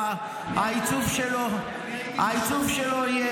והעיצוב שלו יהיה